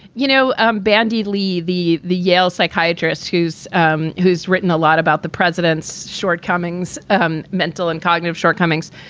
you know, um bandy lee, the the yale psychiatrist who's um who's written. a lot about the president's shortcomings. um mental and cognitive shortcomings.